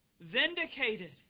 vindicated